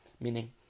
Meaning